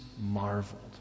marveled